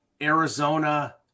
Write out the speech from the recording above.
Arizona